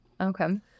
Okay